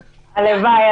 הלוואי.